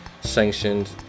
sanctioned